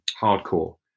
hardcore